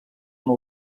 una